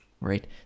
right